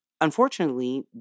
Unfortunately